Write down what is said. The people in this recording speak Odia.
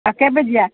ଆଉ କେବେ ଯିବା